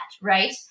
right